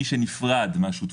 מי שנפרד מהשותפות.